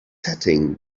setting